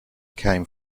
came